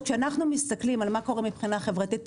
כשאנחנו מסתכלים על מה קורה מבחינה חברתית,